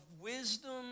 wisdom